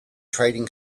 trading